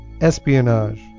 espionage